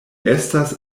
estas